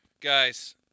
Guys